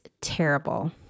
terrible